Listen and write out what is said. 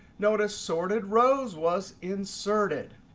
notice sorted rows was inserted.